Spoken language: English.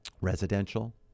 residential